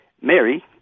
mary